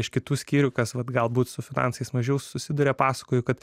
iš kitų skyrių kas vat galbūt su finansais mažiau susiduria pasakojo kad